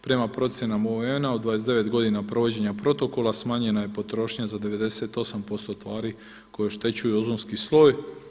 Prema procjenama UN-a od 29 godina provođenja protokola smanjena je potrošnja za 98% tvari koje oštećuju ozonski sloj.